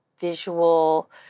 visual